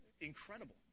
incredible